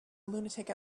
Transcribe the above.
lunatic